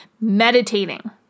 Meditating